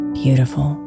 beautiful